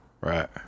Right